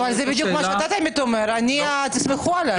זה בדיוק מה שאתה תמיד אומר, תסמכו עלי.